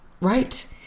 Right